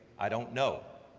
i don't know?